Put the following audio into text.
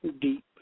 deep